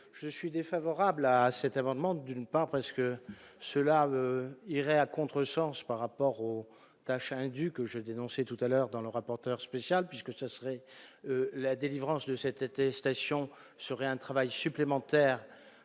je suis défavorable à cet amendement, d'une part, parce que cela irait à contresens par rapport aux tâches indues que je dénonçais tout à l'heure dans le rapporteur spécial puisque ce serait la délivrance de cette était station serait un travail supplémentaire